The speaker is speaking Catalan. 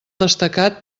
destacat